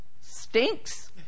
stinks